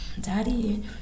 daddy